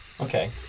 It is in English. okay